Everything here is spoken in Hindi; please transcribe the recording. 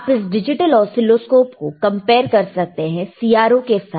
आप इस डिजिटल ऑसीलोस्कोप को कंपेयर कर सकते हैं CRO के साथ